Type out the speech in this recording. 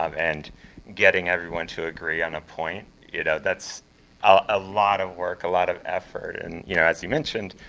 and getting everyone to agree on a point, you know that's ah a lot of work. a lot of effort. and you know as you mentioned,